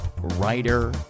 writer